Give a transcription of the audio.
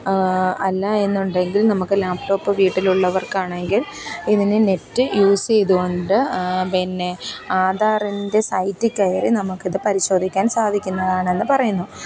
അല്ല എന്നുണ്ടെങ്കിൽ നമ്മൾക്ക് ലാപ്ടോപ്പ് വീട്ടിലുള്ളവർക്കാണെങ്കിൽ ഇതിന് നെറ്റ് യൂസ് ചെയ്തുകൊണ്ട് പിന്നെ ആധാറിൻറ്റെ സൈറ്റിൽ കയറി നമ്മൾക്ക് ഇത് പരിശോധിക്കാൻ സാധിക്കുന്നതാണെന്ന് പറയുന്നു